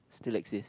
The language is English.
still exist